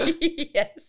yes